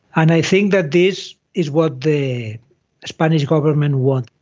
and i think that this is what the spanish government wants.